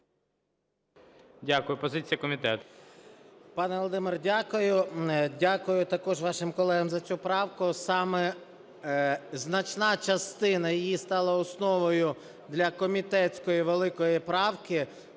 Дякую. Позиція комітету.